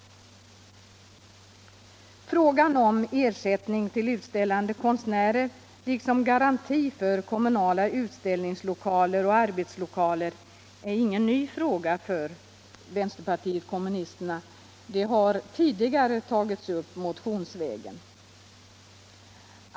Frågan om ersättning till utställande konstnärer liksom garanti för kommunala utställningslokaler och arbetslokaler är inte ny för vänsterpartiet kommunisterna. Den har tidigare tagits upp motionsvägen.